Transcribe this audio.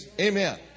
Amen